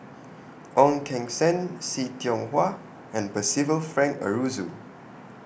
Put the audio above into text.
Ong Keng Sen See Tiong Hwa and Percival Frank Aroozoo